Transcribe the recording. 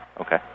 Okay